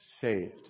Saved